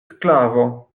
sklavo